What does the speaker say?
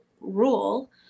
rule